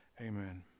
Amen